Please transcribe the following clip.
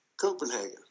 Copenhagen